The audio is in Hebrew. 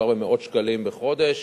מדובר במאות שקלים בחודש.